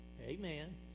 Amen